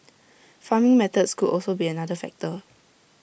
farming methods could also be another factor